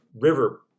River